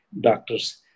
doctors